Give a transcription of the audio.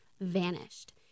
vanished